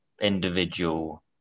individual